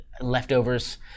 Leftovers